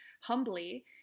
humbly